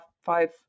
five